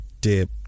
dip